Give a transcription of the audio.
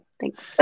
Thanks